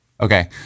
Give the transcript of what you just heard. Okay